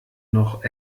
noch